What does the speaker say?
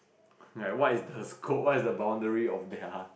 like what's the scope what's the boundary of their